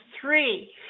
three